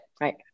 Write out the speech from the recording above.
right